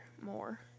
More